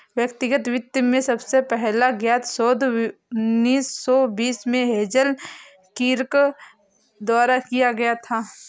व्यक्तिगत वित्त में सबसे पहला ज्ञात शोध उन्नीस सौ बीस में हेज़ल किर्क द्वारा किया गया था